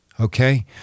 Okay